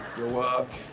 your work.